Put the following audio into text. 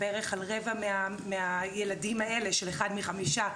בערך על רבע מהילדים האלה של אחד מחמישה,